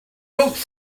road